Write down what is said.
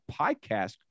podcast